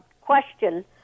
question